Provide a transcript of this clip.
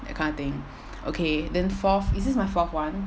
that kind of thing okay then fourth is this my fourth one